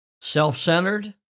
Self-centered